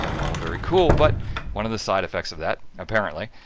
all very cool. but one of the side effects of that, apparently,